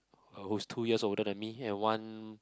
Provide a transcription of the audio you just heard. uh who's two years older than me and one